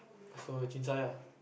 so chincai ah